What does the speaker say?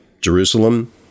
Jerusalem